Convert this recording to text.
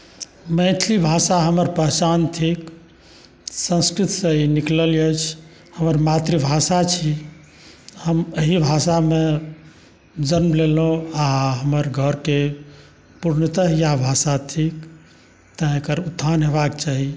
मैथिली भाषा हमर पहचान थिक संस्कृतसँ ई निकलल अछि हमर मातृभाषा छी हम एहि भाषामे जन्म लेलहुँ आ हमर घरकेँ पुर्णतः इएह भाषा थिक तैं एकर उत्थान हेबाके चाही